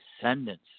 descendants